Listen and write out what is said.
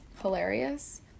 hilarious